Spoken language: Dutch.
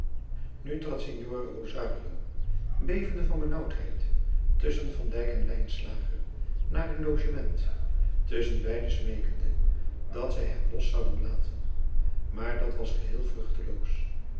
trad signore rosario bevende van benaauwdheid tusschen van dijk en lijnslager naar hun logement tusschen beide smeekende dat zij hem los zouden laten maar dat was geheel vruchteloos